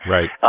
Right